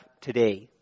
today